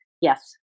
yes